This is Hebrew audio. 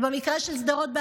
ובמקרה של שדרות,